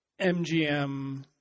MGM